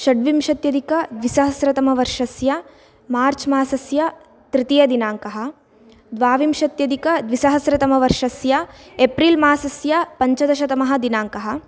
षड्विंशत्यधिकद्विसहस्रतमवर्षस्य March मासस्य तृतीयदिनाङ्कः द्वाविंशत्यधिकद्विसहस्रतमवर्षस्य एप्रिल् मासस्य पञ्चदशतमः दिनाङ्कः